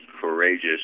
courageous